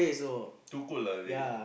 too cold ah is it